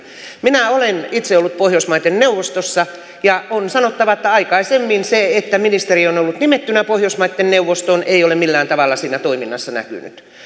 minä olen itse ollut pohjoismaiden neuvostossa ja on sanottava että aikaisemmin se että ministeri on on ollut nimettynä pohjoismaitten neuvostoon ei ole millään tavalla siinä toiminnassa näkynyt